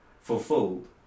fulfilled